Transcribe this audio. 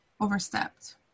overstepped